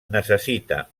necessita